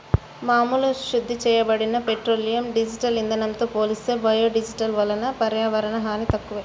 మామూలు శుద్ధి చేయబడిన పెట్రోలియం, డీజిల్ ఇంధనంతో పోలిస్తే బయోడీజిల్ వలన పర్యావరణ హాని తక్కువే